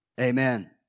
Amen